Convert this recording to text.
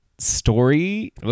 story